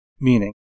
meaning